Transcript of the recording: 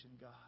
God